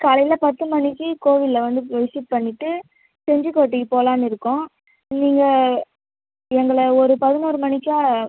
காலையில் பத்து மணிக்கு கோவிலில் வந்து விசிட் பண்ணிட்டு செஞ்சிக் கோட்டைக்கு போகலானு இருக்கோம் நீங்கள் எங்களை ஒரு பதினோரு மணிக்கா